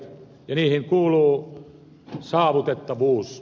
niihin kuuluu saavutettavuus